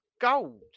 gold